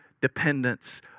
dependence